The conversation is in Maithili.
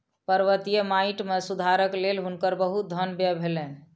पर्वतीय माइट मे सुधारक लेल हुनकर बहुत धन व्यय भेलैन